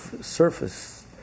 surface